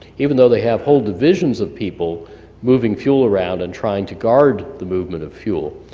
even though they have whole divisions of people moving fuel around and trying to guard the movement of fuel.